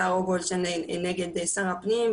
שרה גולדשטיין נגד שר הפנים,